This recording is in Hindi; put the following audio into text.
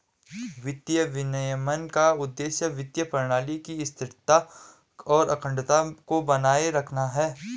वित्तीय विनियमन का उद्देश्य वित्तीय प्रणाली की स्थिरता और अखंडता को बनाए रखना है